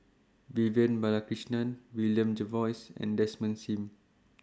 Vivian Balakrishnan William Jervois and Desmond SIM